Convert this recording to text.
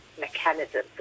mechanism